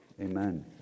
amen